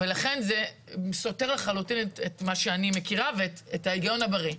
ולכן זה סותר לחלוטין את מה שאני מכירה ואת ההיגיון הבריא.